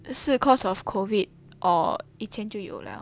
是 cause of COVID or 以前就有了